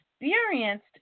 experienced